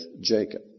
Jacob